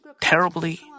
terribly